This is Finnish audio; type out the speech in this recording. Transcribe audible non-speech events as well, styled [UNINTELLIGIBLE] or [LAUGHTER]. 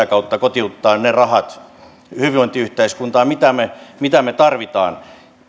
[UNINTELLIGIBLE] kautta kotiuttavat ne rahat hyvinvointiyhteiskuntaan mitä me mitä me tarvitsemme